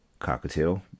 cockatiel